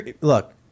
look